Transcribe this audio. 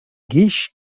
guix